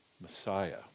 Messiah